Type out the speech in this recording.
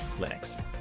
Linux